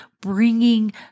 bringing